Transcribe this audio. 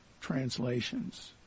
translations